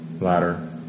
Ladder